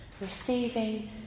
Receiving